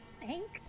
Thanks